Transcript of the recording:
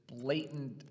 blatant